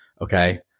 okay